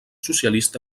socialista